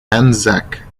anzac